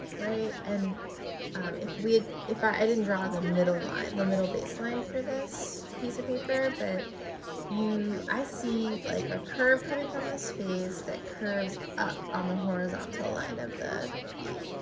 right, and if we, if i didn't draw the middle line the middle baseline for this piece of paper, but you i see like a curve coming from this phase that curves up on the horizontal line of the b.